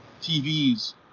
TVs